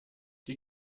die